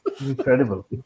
Incredible